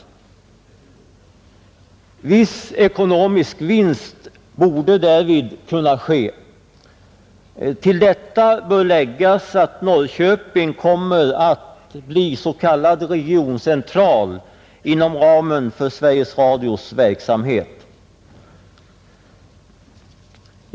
Viss ekonomisk vinst borde därvid kunna göras. Till detta bör läggas att Norrköping kommer att bli s.k. regioncentral inom ramen för Sveriges Radios verksamhet.